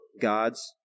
God's